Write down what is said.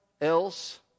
else